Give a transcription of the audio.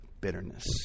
bitterness